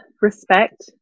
respect